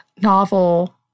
novel